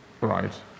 Right